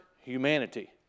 humanity